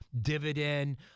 dividend